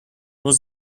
was